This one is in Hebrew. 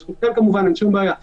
זאת עבירה על החוק.